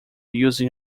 using